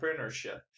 entrepreneurship